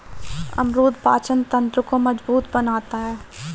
अमरूद पाचन तंत्र को मजबूत बनाता है